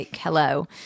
hello